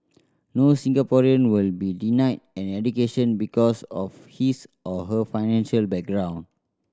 no Singaporean will be denied an education because of his or her financial background